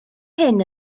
hyn